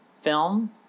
film